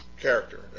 character